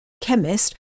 chemist